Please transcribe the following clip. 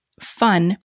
fun